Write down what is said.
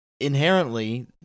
inherently